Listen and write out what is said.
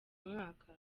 mwaka